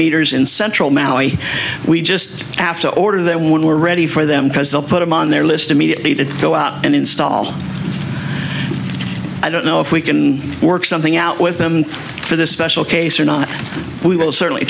meters in central maui we just have to order them when we're ready for them because they'll put them on their list immediately to go up and install i don't know if we can work something out with them for this special case or not we will certainly